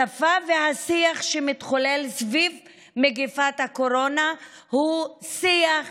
השפה והשיח שמתחולל סביב מגפת הקורונה הוא שיח פטריארכלי,